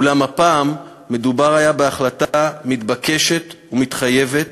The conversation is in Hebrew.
ואולם הפעם מדובר היה בהחלטה מתבקשת ומתחייבת,